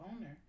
owner